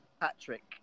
Patrick